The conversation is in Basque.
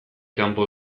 kanpo